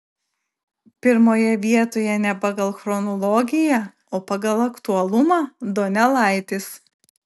pirmoje vietoje ne pagal chronologiją o pagal aktualumą donelaitis